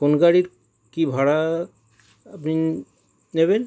কোন গাড়ির কী ভাড়া আপনি নেবেন